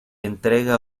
entrega